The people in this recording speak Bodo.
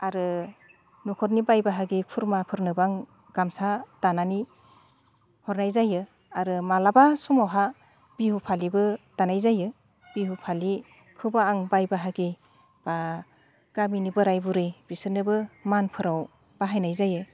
आरो न'खरनि बाय बाहागि खुरमाफोरनोबो आं गामसा दानानै हरनाय जायो आरो माब्लाबा समावहाय बिहु फालिबो दानाय जायो बिहु फालिखौबो आं बाय बाहागि बा गामिनि बोराय बुरै बिसोरनोबो मानफोराव बाहायनाय जायो